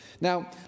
Now